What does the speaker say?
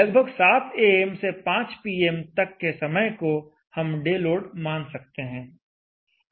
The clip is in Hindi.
लगभग 700 एएम am से 500 पीएम pm तक के समय को हम डे लोड मान सकते हैं